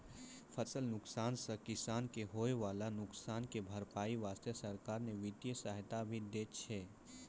फसल नुकसान सॅ किसान कॅ होय वाला नुकसान के भरपाई वास्तॅ सरकार न वित्तीय सहायता भी दै छै